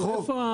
זהו.